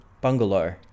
bungalow